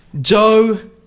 Joe